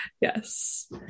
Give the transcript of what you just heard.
Yes